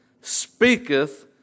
speaketh